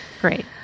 Great